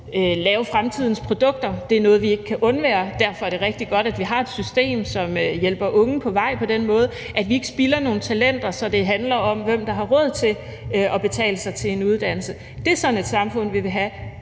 lave fremtidens produkter. Det er noget, vi ikke kan undvære. Derfor er det rigtig godt, at vi har et system, som hjælper unge på vej på den måde, og at vi ikke spilder nogle talenter, hvis det handler om, hvem der har råd til at betale sig til en uddannelse. Det er sådan et samfund, vi vil have